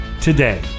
today